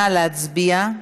נא להצביע.